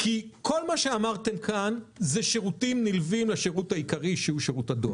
כל מה שאמרתם כאן זה שירותים נלווים לשירות העיקרי שהוא שירות הדואר.